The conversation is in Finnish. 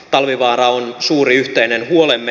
talvivaara on suuri yhteinen huolemme